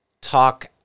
talk